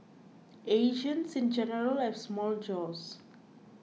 Asians in general have small jaws